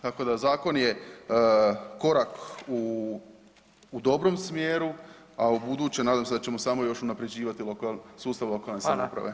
Tako da zakon je korak u dobrom smjeru, a u buduće nadam se da ćemo samo još unapređivati sustav lokalne samouprave.